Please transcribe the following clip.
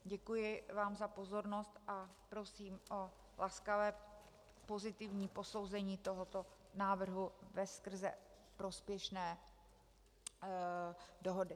Děkuji vám za pozornost a prosím o laskavé pozitivní posouzení tohoto návrhu veskrze prospěšné dohody.